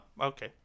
Okay